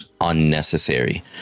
Unnecessary